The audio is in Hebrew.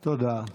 תודה.